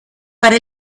para